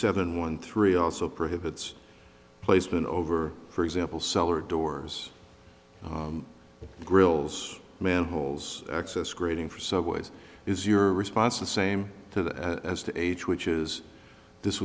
seven one three also prohibits placement over for example sell or doors grills manholes access greeting for subways is your response to same as to age which is this